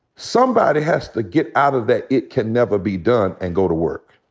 somebody has to get out of that, it can never be done, and go to work.